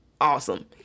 awesome